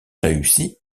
réussit